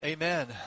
amen